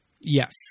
Yes